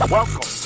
Welcome